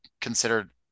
considered